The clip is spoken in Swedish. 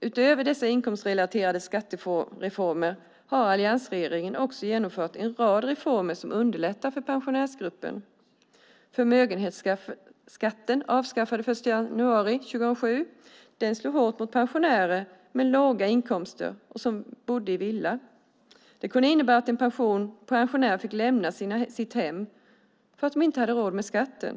Utöver dessa inkomstrelaterade skattereformer har alliansregeringen också genomfört en rad reformer som underlättar för pensionärsgruppen. Förmögenhetsskatten avskaffades den 1 januari 2007. Den slog hårt mot pensionärer med låga inkomster som bodde i villa. Det kunde innebära att pensionärer fick lämna sina hem därför att de inte hade råd med skatten.